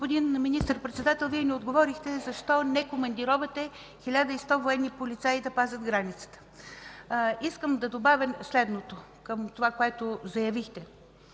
Господин Министър-председател, Вие не отговорихте защо не командировате 1100 военни полицаи да пазят границата. Искам да добавя следното към това, което заявихте.